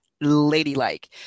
ladylike